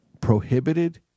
prohibited